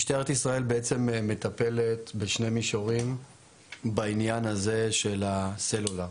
משטרת ישראל בעצם מטפלת בשני מישורים בעניין הזה של הסלולר.